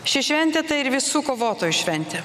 ši šventė tai ir visų kovotojų šventė